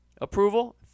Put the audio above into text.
approval